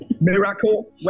miracle